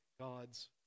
God's